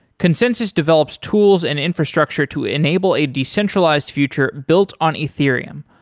consensys develops tools and infrastructure to enable a decentralized future built on ethereum,